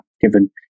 given